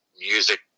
music